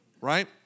right